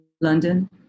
London